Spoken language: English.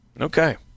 Okay